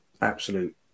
absolute